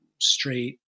straight